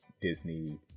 Disney